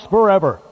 Forever